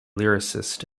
lyricist